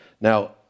Now